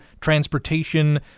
transportation